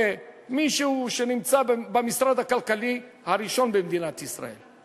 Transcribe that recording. כמישהו שנמצא במשרד הכלכלי הראשון במדינת ישראל: